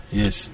yes